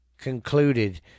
concluded